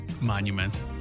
monument